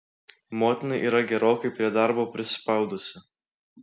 motina yra gerokai prie darbo prispaudusi